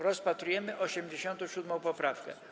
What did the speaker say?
Rozpatrujemy 87. poprawkę.